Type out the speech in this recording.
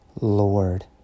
Lord